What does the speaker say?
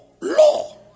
Law